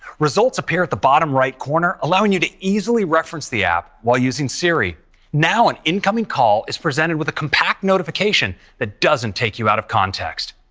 results appear at the bottom right corner, allowing you to easily reference the app while using siri now an incoming call is represented with a compact notification that doesn't take you out of context.